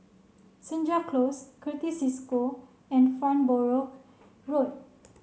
Senja Close Certis Cisco and Farnborough Road